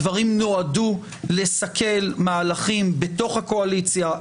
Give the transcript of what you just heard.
הדברים נועדו לסכל מהלכים בתוך הקואליציה,